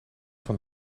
van